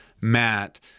Matt